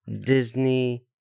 Disney